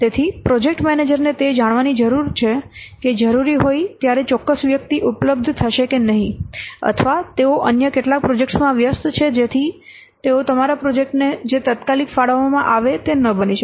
તેથી project manager ને તે જાણવાની જરૂર છે કે જરૂરી હોય ત્યારે ચોક્કસ વ્યક્તિ ઉપલબ્ધ થશે કે નહીં અથવા તેઓ અન્ય કેટલાક પ્રોજેક્ટ્સમાં વ્યસ્ત છે જેથી તેઓ જેથી તેઓ તમારા પ્રોજેક્ટને જે તાત્કાલિક ફાળવવામાં આવે તે ન બની શકે